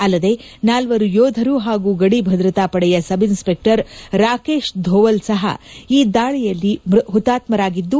ಅಲ್ಲದೇ ನಾಲ್ವರು ಯೋಧರು ಹಾಗೂ ಗಡಿ ಭದ್ರತಾ ಪಡೆಯ ಸಬ್ಇನ್ಲಪೆಕ್ಟರ್ ರಾಕೇಶ್ ಧೋವಾಲ್ ಸಹ ಈ ದಾಳಿಯಲ್ಲಿ ಹುತಾತ್ತರಾಗಿದ್ದು